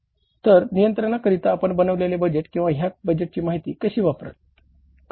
तर नियंत्रणाकरिता आपण बनविलेले बजेट किंवा ह्या बजेटची माहिती कशी वापराल